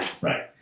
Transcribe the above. Right